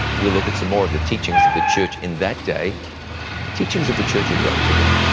we'll look at some more of the teachings of the church in that day, and the teachings of the church of rome today.